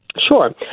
Sure